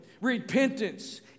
repentance